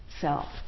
self